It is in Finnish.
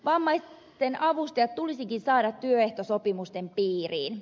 vammaisten avustajat tulisikin saada työehtosopimusten piiriin